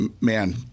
man